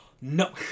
No